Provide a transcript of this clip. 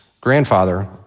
grandfather